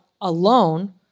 alone